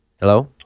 Hello